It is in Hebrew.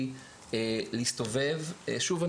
כי להסתובב --- אני אומר שוב,